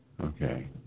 Okay